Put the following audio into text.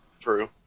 True